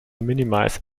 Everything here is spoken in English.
minimize